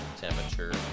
temperature